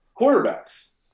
Quarterbacks